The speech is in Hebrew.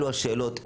אלו השאלות.